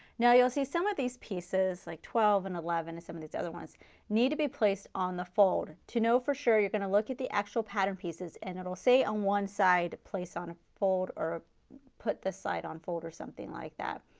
now you will see some of these pieces like twelve and eleven and some of these other ones need to be placed on the fold to know for sure you are going to look at the actual pattern pieces and it will say on one side place on fold or put this side on fold or something like that.